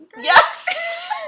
Yes